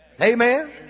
Amen